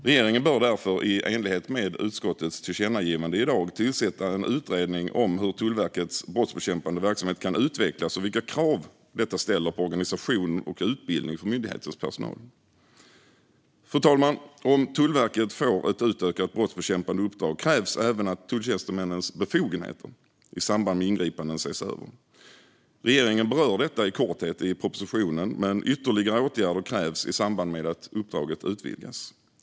Regeringen bör därför i enlighet med utskottets tillkännagivande i detta betänkande tillsätta en utredning om hur Tullverkets brottsbekämpande verksamhet kan utvecklas och vilka krav detta ställer på organisation och utbildning för myndighetens personal. Fru talman! Om Tullverket får ett utökat brottsbekämpande uppdrag krävs även att tulltjänstemännens befogenheter i samband med ingripanden ses över. Regeringen berör detta i korthet i propositionen, men ytterligare åtgärder krävs i samband med att uppdraget utvidgas.